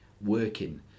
working